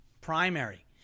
primary